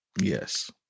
yes